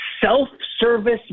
self-service